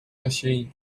machine